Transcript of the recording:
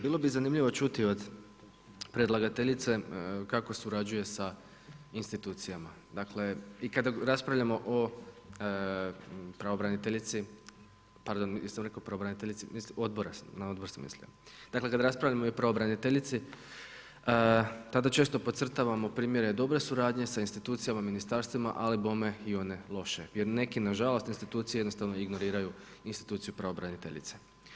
Bilo bi zanimljivo čuti od predlagateljice kako surađuje sa institucijama i kada raspravljamo o pravobraniteljici, pardon mislio sam na odbor, dakle i kada raspravljamo o pravobraniteljici tada često podcrtavamo primjere dobre suradnje sa institucijama, ministarstvima, ali bome i one loše jer neke nažalost institucije jednostavno ignoriraju instituciju pravobraniteljice.